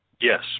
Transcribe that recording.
Yes